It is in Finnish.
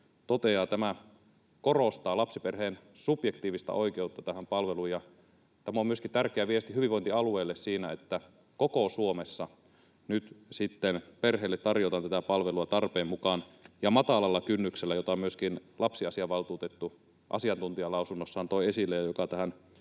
tämä korostaa lapsiperheen subjektiivista oikeutta tähän palveluun. Tämä on myöskin tärkeä viesti hyvinvointialueille siinä, että koko Suomessa nyt sitten perheille tarjotaan tätä palvelua tarpeen mukaan ja matalalla kynnyksellä, jota myöskin lapsiasiavaltuutettu asiantuntijalausunnossaan toi esille